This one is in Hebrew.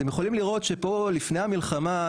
אתם יכולים לראות שפה לפני המלחמה,